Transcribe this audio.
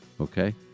Okay